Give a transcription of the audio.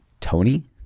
Tony